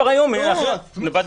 נכון.